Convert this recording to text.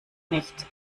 nicht